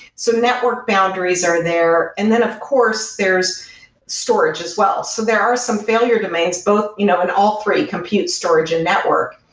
so network boundaries are there. and of course, there's storage as well. so there are some failure domains both you know in all three, compute, storage and network.